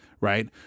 right